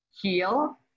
heal